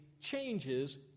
changes